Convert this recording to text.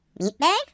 Meatbag